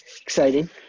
exciting